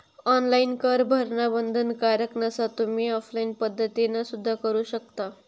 online कर भरणा बंधनकारक नसा, तुम्ही ऑफलाइन पद्धतीना सुद्धा करू शकता